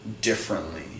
differently